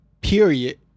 period